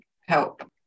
help